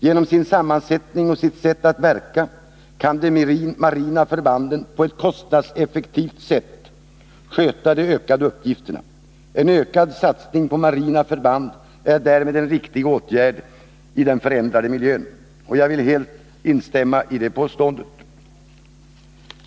Genom sin sammansättning och sitt sätt att verka kan de marina förbanden på ett kostnadseffektivt sätt möta de ökande uppgifterna. En ökad satsning på marina förband är därmed en riktig åtgärd i den förändrade miljön.” Jag vill helt instämma i det påståendet.